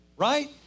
right